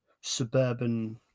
suburban